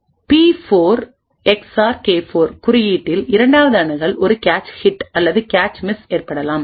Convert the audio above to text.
பி4 X R கே4 குறியீட்டில் இரண்டாவது அணுகல் ஒரு கேச் ஹிட் அல்லது கேச் மிஸ் ஏற்படலாம்